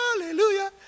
hallelujah